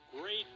Great